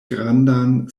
grandan